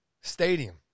stadium